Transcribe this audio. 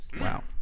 Wow